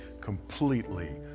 completely